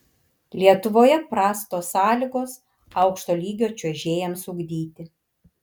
lietuvoje prastos sąlygos aukšto lygio čiuožėjams ugdyti